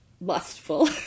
lustful